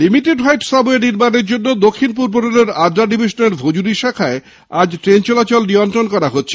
limited height subway নির্মাণের জন্য দক্ষিণ পূর্ব রেলের আদ্রা ডিভিশনের ভজুডি শাখায় আজ ট্রেন চলাচল নিয়ন্ত্রণ করা হচ্ছে